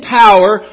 power